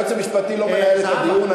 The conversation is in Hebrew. היועץ המשפטי לא מנהל את הדיון,